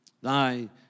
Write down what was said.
Thy